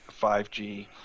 5g